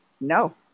no